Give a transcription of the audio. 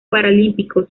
paralímpico